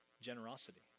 generosity